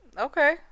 Okay